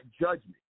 judgment